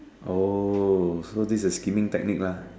oh so this is the scheming technique lah